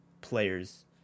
players